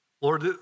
Lord